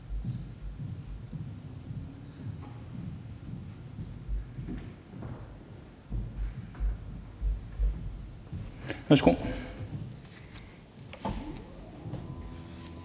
så det er sket.